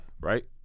Right